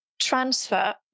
transfer